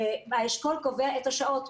האשכול קובע את השעות,